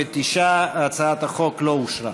49. הצעת החוק לא אושרה.